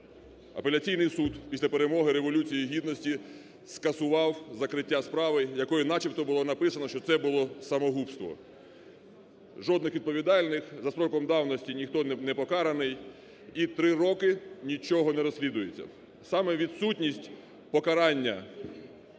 апеляційний суд після перемоги Революції Гідності скасував закриття справи, якою начебто було написано, що це було самогубство. Жодних відповідальних за строком давності, ніхто не покараний і 3 роки нічого не розслідується. Саме відсутність покарання